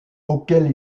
auxquelles